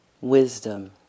wisdom